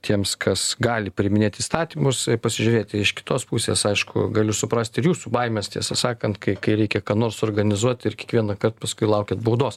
tiems kas gali priiminėti įstatymus pasižiūrėti iš kitos pusės aišku galiu suprasti ir jūsų baimes tiesą sakant kai kai reikia ką nors suorganizuoti ir kiekvienąkart paskui laukiat baudos